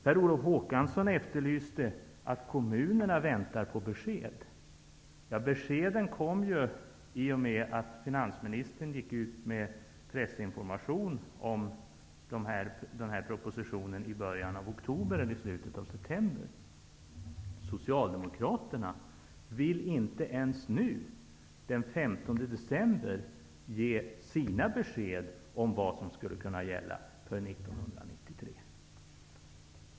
Per Olof Håkansson sade att kommunerna nu väntar på besked. Beskeden kom ju i och med att finansministern i månadsskiftet september-oktober gick ut med pressinformation om denna proposition. Socialdemokraterna vill inte ens nu, den 15 december, ge sina besked om vad som skulle kunna gälla för 1993.